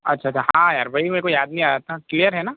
अच्छा अच्छा हाँ यार वही मेरे को याद नहीं आया था क्लियर है ना